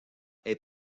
est